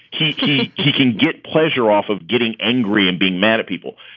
he he can get pleasure off of getting angry and being mad at people.